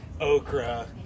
okra